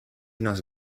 nos